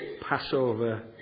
Passover